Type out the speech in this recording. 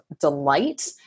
delight